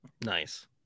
nice